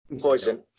Poison